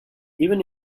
even